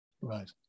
Right